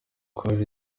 kubera